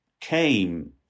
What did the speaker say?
came